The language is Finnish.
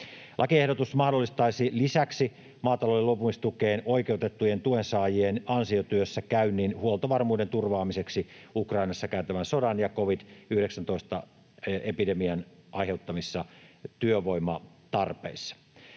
Lakiehdotus mahdollistaisi lisäksi maatalouden luopumistukeen oikeutettujen tuensaajien ansiotyössä käynnin huoltovarmuuden turvaamiseksi Ukrainassa käytävän sodan ja covid-19-epidemian aiheuttamissa työvoimatarpeissa.